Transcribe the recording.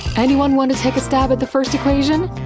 anyone want to take a stab at the first equation?